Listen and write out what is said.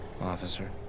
officer